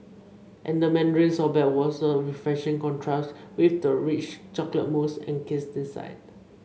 and the mandarin sorbet was a refreshing contrast with the rich chocolate mousse encased inside